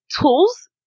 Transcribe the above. tools